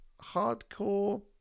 hardcore